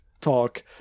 talk